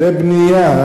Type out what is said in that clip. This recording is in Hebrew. לבנייה.